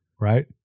right